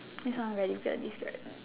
this one very good this very good